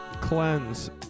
cleanse